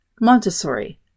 Montessori